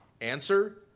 Answer